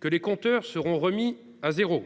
que les compteurs seraient remis à zéro…